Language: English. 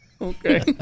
Okay